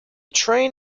train